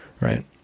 right